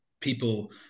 people